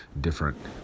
different